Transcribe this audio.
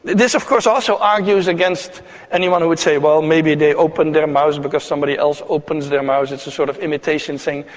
this of course also argues against anyone who would say, well, maybe they open their mouths because somebody else opens their mouths, it's a sort of imitation thing.